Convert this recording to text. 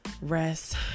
rest